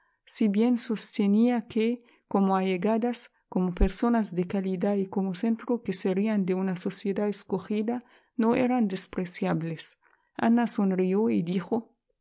si bien sostenía que como allegadas como personas de calidad y como centro que serían de una sociedad escogida no eran despreciables ana sonrió y dijo